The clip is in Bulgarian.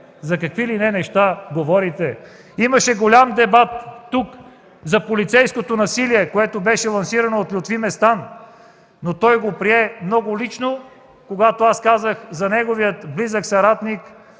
за какви ли не неща говорите – имаше голям дебат тук за полицейското насилие, което беше лансирано от Лютви Местан, но той го прие много лично, когато аз казах за близкия му съратник